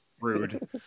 Rude